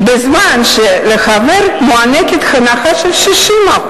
בזמן שלחברו מוענקת הנחה של 60%,